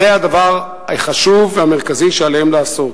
זה הדבר החשוב והמרכזי שעליהם לעשות.